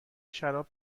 شراب